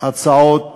הצעות